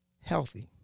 healthy